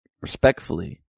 respectfully